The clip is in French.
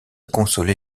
consoler